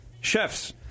chefs